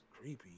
creepy